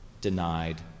denied